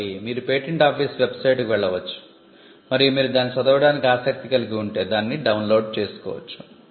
కాబట్టి మీరు patent office వెబ్సైట్కు వెళ్లవచ్చు మరియు మీరు దానిని చదవడానికి ఆసక్తి కలిగి ఉంటే దాన్ని డౌన్లోడ్ చేసుకోవచ్చు